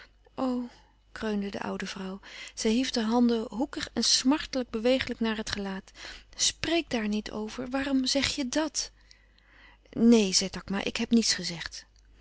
kreunde de oude vrouw zij hief de handen hoekig en smartelijk bewegelijk naar het gelaat spreek daar niet over waarom zeg je dàt neen zei takma ik heb niets gezegd